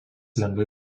lengvai